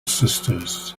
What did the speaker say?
sisters